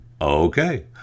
Okay